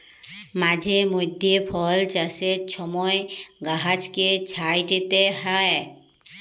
মাঝে মইধ্যে ফল চাষের ছময় গাহাচকে ছাঁইটতে হ্যয়